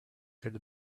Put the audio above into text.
could